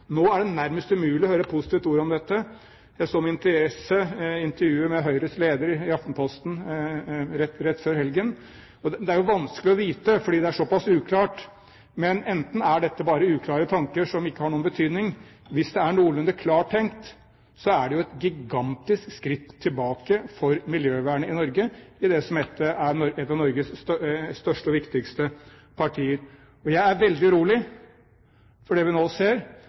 Nå er det nærmest umulig å høre et positivt ord om dette. Jeg leste med interesse intervjuet med Høyres leder i Aftenposten rett før helgen. Det er jo vanskelig å vite, fordi det er såpass uklart, om dette bare er uklare tanker som ikke har noen betydning. Hvis det er noenlunde klart tenkt, er det et gigantisk tilbakeskritt for miljøvernet i Norge i det som er et av Norges største og viktigste partier. Jeg er veldig urolig for det vi nå ser,